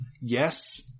yes